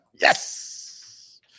Yes